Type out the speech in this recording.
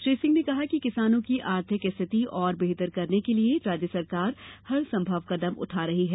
श्री सिंह ने कहा कि किसानो की आर्थिक स्थित और बेहतर करने के लिये राज्य सरकार हरसंभव कदम उठा रही हैं